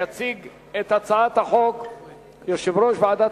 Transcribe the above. יציג את הצעת החוק יושב-ראש ועדת